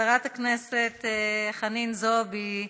חברת הכנסת חנין זועבי,